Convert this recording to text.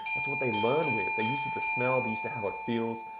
that's what they learn with. they use it to smell, they're used to how it feels.